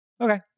okay